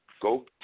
go